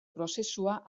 prozesua